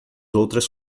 outras